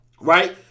Right